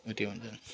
त्यति हुन्छ